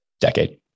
decade